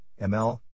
ML